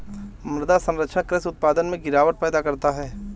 मृदा क्षरण कृषि उत्पादकता में गिरावट पैदा करता है